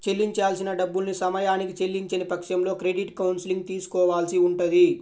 చెల్లించాల్సిన డబ్బుల్ని సమయానికి చెల్లించని పక్షంలో క్రెడిట్ కౌన్సిలింగ్ తీసుకోవాల్సి ఉంటది